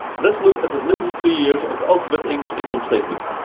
let's look at the latest three years of alphabet inc's income statement.